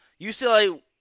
UCLA